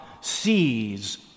sees